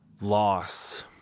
loss